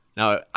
Now